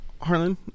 Harlan